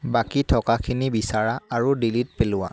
বাকী থকাখিনি বিচাৰা আৰু ডিলিট পেলোৱা